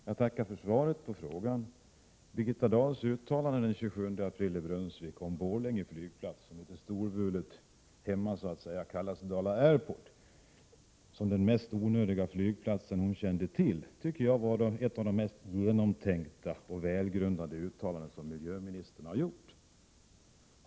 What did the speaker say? Herr talman! Jag tackar för svaret på frågan. Birgitta Dahls uttalande den 27 april i Brunnsvik om Borlänge flygplats, som litet storvulet hemma kallas för Dala Airport, som den mest onödiga flygplats hon känner till var ett av de mest genomtänkta och välgrundade uttalanden som miljöministern har gjort.